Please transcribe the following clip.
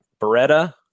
beretta